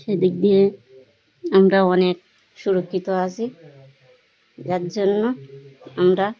সেদিক দিয়ে আমরা অনেক সুরক্ষিত আছি যার জন্য আমরা